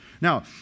Now